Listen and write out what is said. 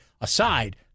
aside